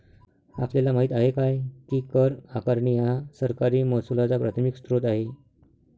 आपल्याला माहित आहे काय की कर आकारणी हा सरकारी महसुलाचा प्राथमिक स्त्रोत आहे